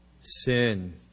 Sin